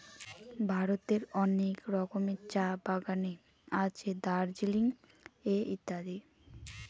ভারতের অনেক রকমের চা বাগানে আছে দার্জিলিং এ ইত্যাদি